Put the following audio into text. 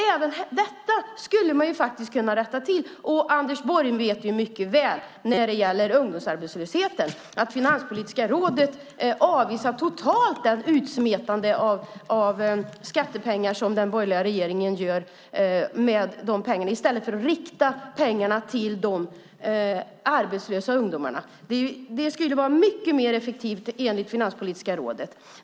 Även detta skulle man kunna rätta till. När det gäller ungdomsarbetslösheten vet Anders Borg mycket väl att Finanspolitiska rådet totalt avvisar det utsmetande av skattepengar som den borgerliga regeringen gör i stället för att rikta pengarna till de arbetslösa ungdomarna. Det skulle vara mycket mer effektivt enligt Finanspolitiska rådet.